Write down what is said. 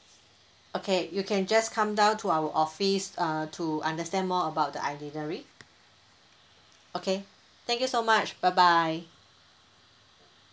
okay you can just come down to our office uh to understand more about the itinerary okay thank you so much bye bye